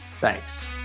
Thanks